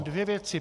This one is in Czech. Dvě věci.